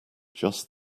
just